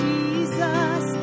Jesus